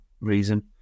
reason